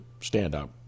standout